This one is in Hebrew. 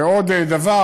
ועוד דבר: